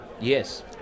Yes